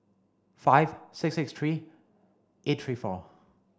five six six three eight three four